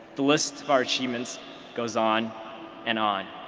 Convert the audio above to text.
the lists of our achievements goes on and on.